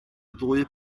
ddwy